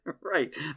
Right